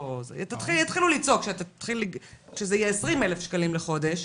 יתחילו לצעוק כשזה יהיה 20 אלף שקלים לחודש